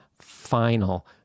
final